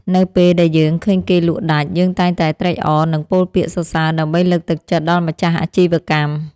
នៅពេលដែលយើងឃើញគេលក់ដាច់ យើងតែងតែត្រេកអរនិងពោលពាក្យសរសើរដើម្បីលើកទឹកចិត្តដល់ម្ចាស់អាជីវកម្ម។